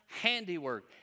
handiwork